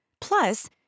Plus